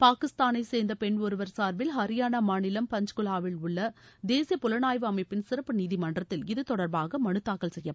பாகிஸ்தானைச்சேர்ந்த பெண் ஒருவர் சார்பில் ஹரியானா மாநிலம் பஞ்ச்குவாவில் உள்ள தேசிய புலானய்வு அமைப்பின் சிறப்பு நீதிமன்றத்தில் இது தொடர்பாக மனு தாக்கல் செய்யப்பட்டது